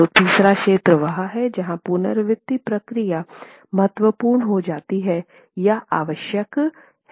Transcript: तो तीसरा क्षेत्र है जहाँ पुनरावृति प्रक्रिया महत्वपूर्ण हो जाती है या आवश्यक है